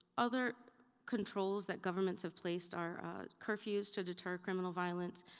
other controls that governments have placed are curfews to deter criminal violence,